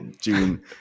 June